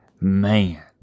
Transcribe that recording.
Man